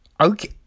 okay